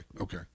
Okay